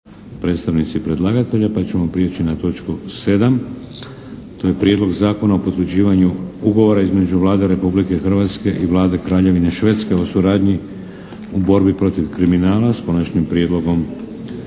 predstavnici predlagatelja, pa ćemo prijeći na točku 7. Prijedlog zakona o potvrđivanju Ugovora između Vlade Republike Hrvatske i Vlade Kraljevine Švedske o suradnji u borbi protiv kriminala, s Konačnim prijedlogom